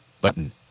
Button